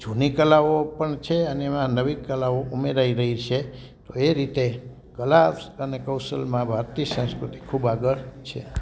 જૂની કલાઓ પણ છે અને એમાં નવી કલાઓ ઉમેરાઈ રહી સે તો એ રીતે કલા અને કૌશલમાં ભારતીય સંસ્કૃતિ ખૂબ આગળ છે